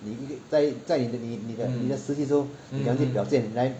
你一个在在你你的你的实习时候你怎么样去表现来